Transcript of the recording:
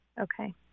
Okay